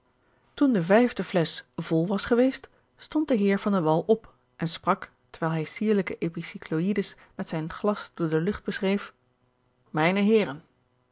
toen de vijfde flesch vol was geweest stond de heer van de wall op en sprak terwijl hij sierlijke epicycloïdes met zijn glas door de lucht beschreef mijne heeren